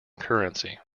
currency